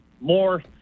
more